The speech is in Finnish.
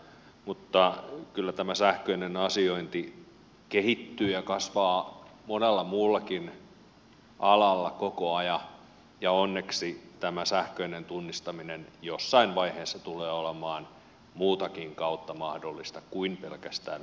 mutta kyllä tämä sähköinen asiointi kehittyy ja kasvaa monella muullakin alalla koko ajan ja onneksi tämä sähköinen tunnistaminen jossain vaiheessa tulee olemaan muutakin kautta mahdollista kuin pelkästään pankkitunnuksilla